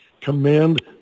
command